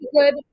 good